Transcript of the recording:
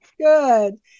Good